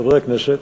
חברי הכנסת,